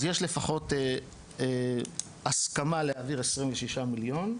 אז יש לפחות הסכמה להעביר 26 מיליון.